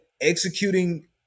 executing